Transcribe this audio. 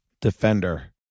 Defender